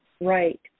right